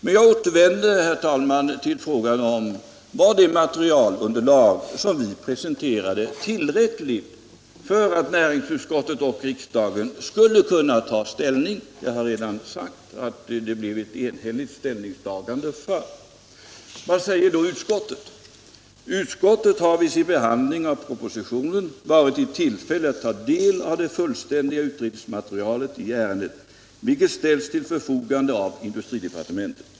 Men jag återvänder, herr talman, till frågan om det materialunderlag som vi presenterade var tillräckligt för att näringsutskottet och riksdagen skulle kunna ta ställning. — Jag har redan sagt att det blev ett enhälligt ställningstagande för projektet. Vad säger då utskottet? Jag citerar: ”Utskottet har vid sin behandling av propositionen varit i tillfälle att ta del av det fullständiga utredningsmaterialet i ärendet, vilket ställts till förfogande av industridepartementet.